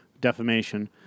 Defamation